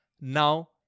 Now